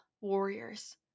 warriors